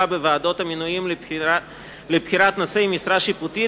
בוועדות המינויים לבחירת נושאי משרה שיפוטית,